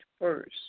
first